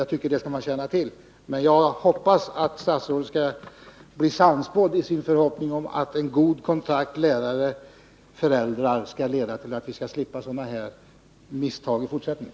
Jag tycker att man skall känna till det. Jag hoppas emellertid att statsrådet skall bli sannspådd i sin förhoppning att en god kontakt lärare-föräldrar skall leda till att vi slipper sådana här misstag i fortsättningen.